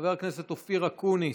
חבר הכנסת אופיר אקוניס,